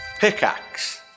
Pickaxe